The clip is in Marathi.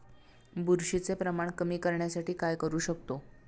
बुरशीचे प्रमाण कमी करण्यासाठी काय करू शकतो?